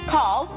Call